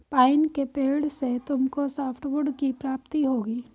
pine के पेड़ से तुमको सॉफ्टवुड की प्राप्ति होगी